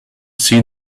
see